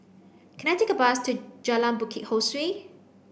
can I take a bus to Jalan Bukit Ho Swee